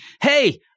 Hey